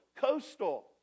coastal